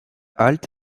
halte